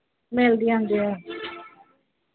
ਮਿਲ ਜਾਂਦੀ ਆ